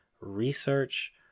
research